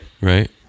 right